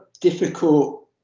difficult